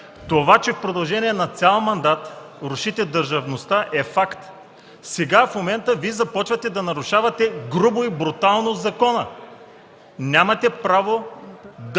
Това че в продължение на цял мандат рушите държавността, е факт. В момента Вие започвате да нарушавате грубо и брутално закона. Нямате право да